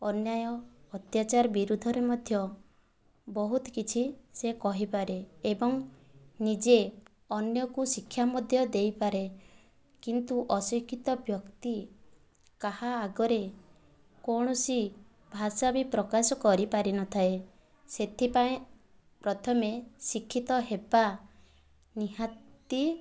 ଅନ୍ୟାୟ ଅତ୍ୟାଚାର ବିରୁଦ୍ଧରେ ମଧ୍ୟ ବହୁତ କିଛି ସେ କହିପାରେ ଏବଂ ନିଜେ ଅନ୍ୟକୁ ଶିକ୍ଷା ମଧ୍ୟ ଦେଇପାରେ କିନ୍ତୁ ଅଶିକ୍ଷିତ ବ୍ୟକ୍ତି କାହା ଆଗରେ କୌଣସି ଭାଷା ବି ପ୍ରକାଶ କରିପାରି ନଥାଏ ସେଥିପାଇଁ ପ୍ରଥମେ ଶିକ୍ଷିତ ହେବା ନିହାତି